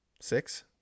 Six